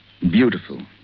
beautiful